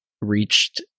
reached